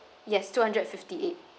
yes two hundred and fifty eight